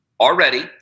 already